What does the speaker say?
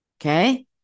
Okay